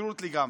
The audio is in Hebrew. הפקרות לגמרי.